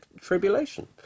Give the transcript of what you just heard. tribulation